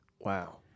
Wow